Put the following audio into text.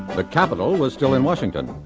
the capital was still in washington,